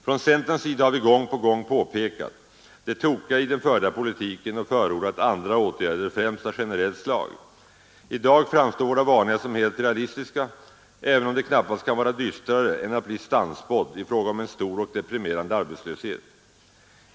Från centerns sida har vi gång på gång påpekat det tokiga i den förda politiken och förordat andra åtgärder, främst av generellt slag. I dag framstår våra varningar som helt realistiska, även om det knappast kan vara dystrare än att bli sannspådd i fråga om en stor och deprimerande arbetslöshet.